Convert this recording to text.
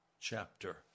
chapter